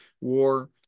war